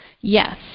Yes